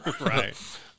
Right